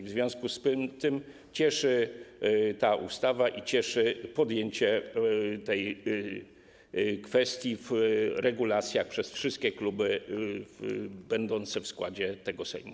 W związku z tym cieszy ta ustawa i cieszy podjęcie tej kwestii w regulacjach przez wszystkie kluby będące w składzie tego Sejmu.